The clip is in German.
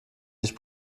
sich